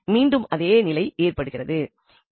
மீண்டும் அதே நிலை ஏற்படுகிறது